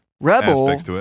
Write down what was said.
Rebel